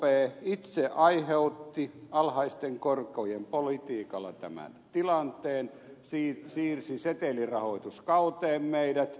ekp itse aiheutti alhaisten korkojen politiikalla tämän tilanteen siirsi setelirahoituskauteen meidät